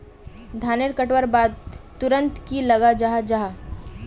धानेर कटवार बाद तुरंत की लगा जाहा जाहा?